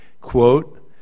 quote